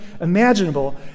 imaginable